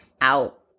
out